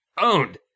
owned